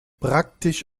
praktisch